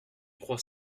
crois